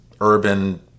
urban